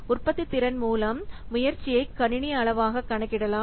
உற்பத்தித்திறன் மூலம் முயற்சியை கணினி அளவாகக் கணக்கிடலாம்